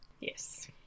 yes